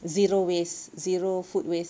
zero waste zero food waste eh